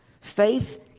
Faith